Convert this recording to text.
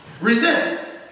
Resist